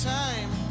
time